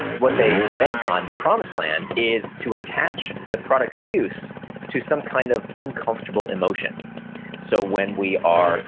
what they bank on, the promise land, is to attach the product's use to some kind of uncomfortable emotion so when we are